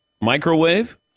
Microwave